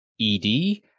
ed